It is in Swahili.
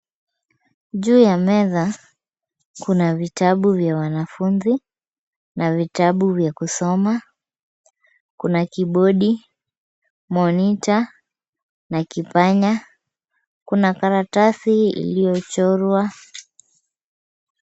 Juu ya meza kuna vitabu vya wanafunzi na vitabu vya kusoma. Kuna kibodi, monita na kipanya. Kuna karatasi iliyochorwa.